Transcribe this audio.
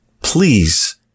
please